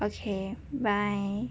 okay bye